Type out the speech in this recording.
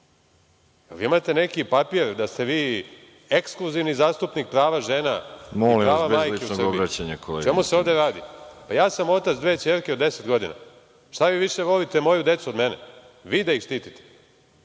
Vi imate neki papir da ste vi ekskluzivni zastupnik prava žena i prava majki u Srbiji. O čemu se ovde radi? Otac sam dve ćerke od deset godina, šta vi više volite moju decu od mene? Vi da ih štitite?